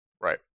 Right